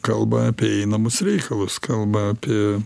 kalba apie einamus reikalus kalba apie